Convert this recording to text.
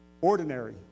Ordinary